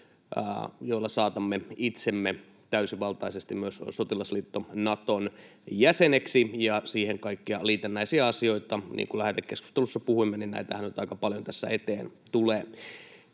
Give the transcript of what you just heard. joilla saatamme itsemme täysivaltaisesti myös sotilasliitto Naton jäseneksi, ja kaikkia siihen liitännäisiä asioita, niin kuin lähetekeskustelussa puhuimme, nyt aika paljon tässä eteen tulee.